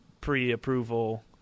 pre-approval